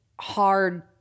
hard